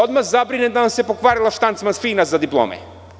Odmah se zabrinem da se pokvarila štanc mašina za diplome.